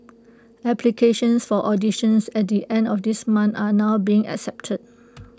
applications for auditions at the end of this month are now being accepted